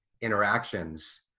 interactions